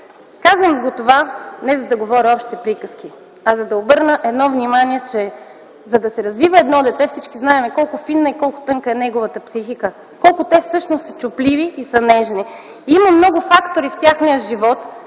Казвам това, не за да говоря общи приказки, а за да обърна внимание, че за да се развива едно дете, всички знаем колко фина и колко тънка е неговата психика, колко те всъщност са чупливи и са нежни. Има много фактори в техния живот